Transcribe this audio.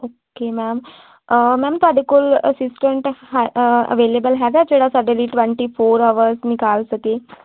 okay ma'am ma'am ਤੁਹਾਡੇ ਕੋਲ assistant available ਹੈਗਾ ਜਿਹੜਾ ਸਾਡੇ ਲਈ ਟਵੰਟੀ ਫੋਰ ਆਵਰਸ ਨਿਕਾਲ ਸਕੇ